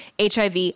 HIV